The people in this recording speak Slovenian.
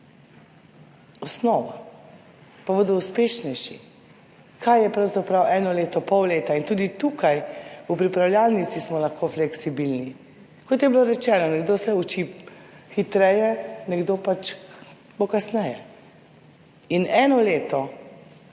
osnova, da bodo uspešnejši. Kaj je pravzaprav eno leto, pol leta? Tudi tukaj v pripravljalnici smo lahko fleksibilni. Kot je bilo rečeno, nekdo se uči hitreje, nekdo pač bo kasneje. In eno leto,